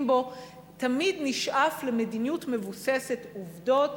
בו תמיד נשאף למדיניות מבוססת עובדות